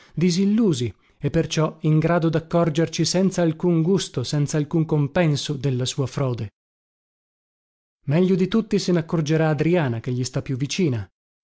disillusi e perciò in grado daccorgerci senza alcun gusto senzalcun compenso della sua frode meglio di tutti se naccorgerà adriana che gli sta più vicina